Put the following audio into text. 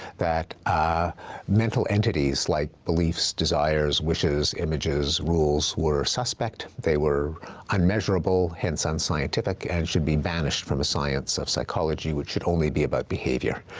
that mental entities, like beliefs, desires, wishes, images, rules, were suspect. they were unmeasurable, hence, unscientific and should be banished from a science of psychology, which should only be about behavior.